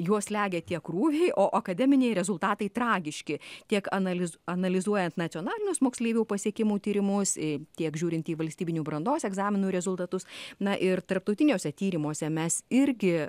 juos slegia tie krūviai o akademiniai rezultatai tragiški tiek analizuoti analizuojant nacionalinius moksleivių pasiekimų tyrimus į tiek žiūrint į valstybinių brandos egzaminų rezultatus na ir tarptautiniuose tyrimuose mes irgi